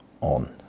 on